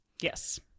yes